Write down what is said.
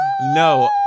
No